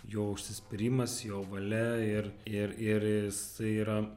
jo užsispyrimas jo valia ir ir ir jisai yra